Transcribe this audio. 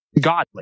godly